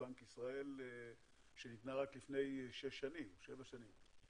בנק ישראל שניתנה רק לפני שש-שבע שנים.